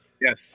yes